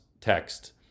text